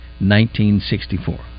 1964